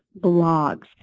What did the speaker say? blogs